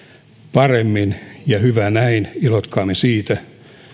paremmin ja hyvä näin iloitkaamme siitä